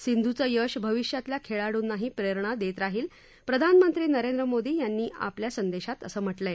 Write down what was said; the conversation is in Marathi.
सिंधुचं यश भविष्यातल्या खेळाडूंनाही प्रेरणा देत राहील असं प्रधानमंत्री नरेंद्र मोदी यांनी आपल्या संदेशात म्हटलं आहे